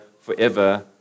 forever